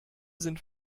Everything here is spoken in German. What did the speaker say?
sind